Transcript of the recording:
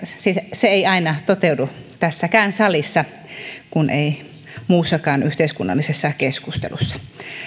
se ei aina toteudu tässäkään salissa niin kuin ei muussakaan yhteiskunnallisessa keskustelussa